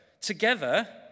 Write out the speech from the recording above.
together